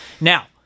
Now